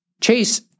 Chase